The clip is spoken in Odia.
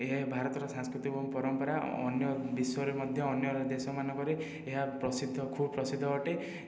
ଏହା ଭାରତର ସାଂସ୍କୃତିକ ଏବଂ ପରମ୍ପରା ଅନ୍ୟ ବିଶ୍ୱରେ ମଧ୍ୟ ଅନ୍ୟର ଦେଶମାନଙ୍କରେ ଏହା ପ୍ରସିଦ୍ଧ ଖୁବ୍ ପ୍ରସିଦ୍ଧ ଅଟେ